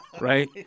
right